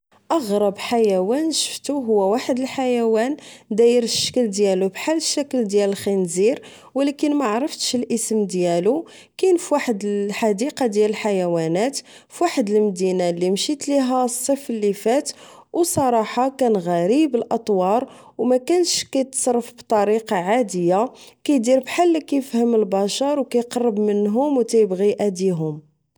أغرب حيوان شفتو هو واحد الحيوان داير الشكل ديالو بحال الشكل ديال الخنزير ولكن معرفتش الإسم ديالو كاين فواحد الحديقة ديال الحيونات فواحد المدينة لي مشيت ليها صيف لي فات أو صراحة كان غريب الأطوار أو مكانش كيتصرف بطريقة عادية كيدير بحال لا كيفهم البشار أو كيقرب منهم أو كيبغي إيأديهم